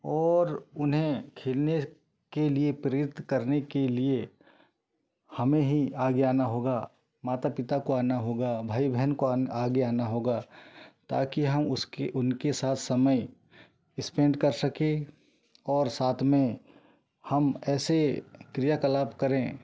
और उन्हें खेलने के लिए प्रेरित करने के लिए हमें ही आगे आना होगा माता पिता को आना होगा भाई बहन को आगे आना होगा ताकि हम उसकी उनके साथ समय इस्पेंड कर सकें और साथ में हम ऐसे क्रिया कलाप करें